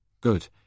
Good